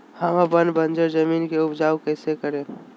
हम अपन बंजर जमीन को उपजाउ कैसे करे?